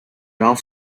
rough